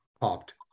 popped